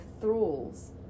thralls